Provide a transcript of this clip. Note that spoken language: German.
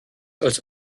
als